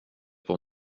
pour